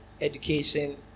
education